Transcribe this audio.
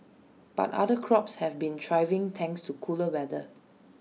but other crops have been thriving thanks to cooler weather